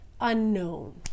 unknown